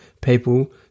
people